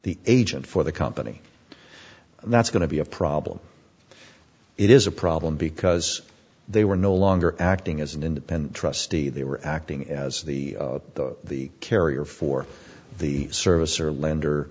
the agent for the company that's going to be a problem it is a problem because they were no longer acting as an independent trustee they were acting as the the carrier for the service or lender